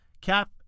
Cap